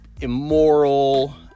immoral